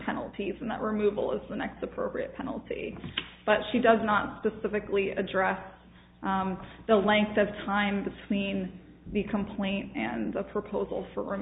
penalties and that removal is the next appropriate penalty but she does not specifically address the length of time between the complaint and the proposal for